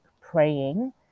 praying